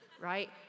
right